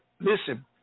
Listen